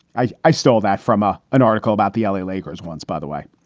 i i stole that from ah an article about the l a. lakers once, by the way.